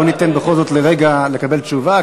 בוא ניתן בכל זאת לרגע לקבל תשובה,